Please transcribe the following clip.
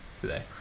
today